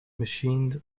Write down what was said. machined